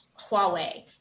Huawei